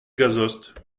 gazost